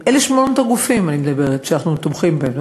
אלה שמות הגופים שאנחנו תומכים בהם,